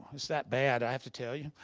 it's that bad. i have to tell you?